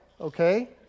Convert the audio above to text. okay